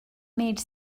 made